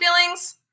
feelings